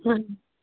ما